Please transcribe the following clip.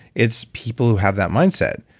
it's people who have that mindset.